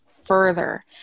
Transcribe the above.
further